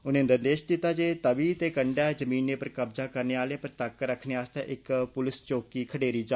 उनें निर्देश दिता जे तवी दे कंडै ज़मीनें पर कब्ज़ा करने आलें पर तक्क रक्खने आस्तै इक पोलीस चौकी खडेरी जा